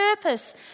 purpose